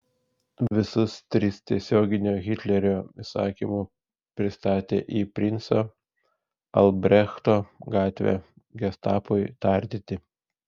visus tris tiesioginiu hitlerio įsakymu pristatė į princo albrechto gatvę gestapui tardyti